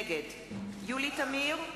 נגד יולי תמיר,